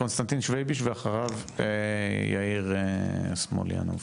קונסטנטין שוויביש ואחריו יאיר סמוליאנוב.